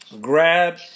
grab